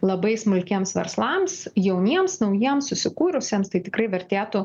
labai smulkiems verslams jauniems naujiems susikūrusiems tai tikrai vertėtų